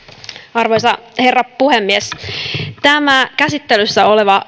arvoisa herra puhemies tämä käsittelyssä oleva